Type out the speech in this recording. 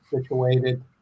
situated